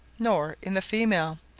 nor in the female,